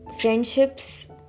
friendships